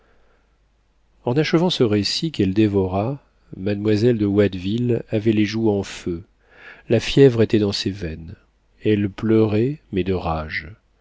en achevant ce récit qu'elle dévora mademoiselle de watteville avait les joues en feu la fièvre était dans ses veines elle pleurait mais de rage